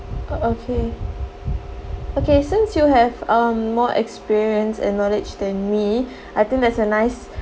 okay okay since you have um more experience and knowledge than me I think that's a nice